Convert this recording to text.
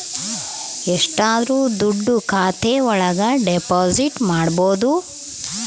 ಎಷ್ಟಾದರೂ ದುಡ್ಡು ಖಾತೆ ಒಳಗ ಡೆಪಾಸಿಟ್ ಮಾಡ್ಬೋದು